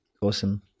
awesome